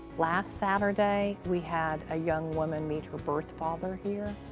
last saturday, we had a young woman meet her birth father here.